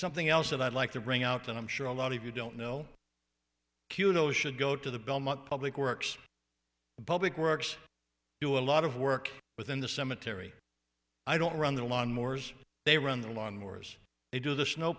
something else that i'd like to bring out and i'm sure a lot of you don't know kuno should go to the belmont public works public works do a lot of work within the cemetery i don't run the lawn mowers they run the lawn mowers they do the snow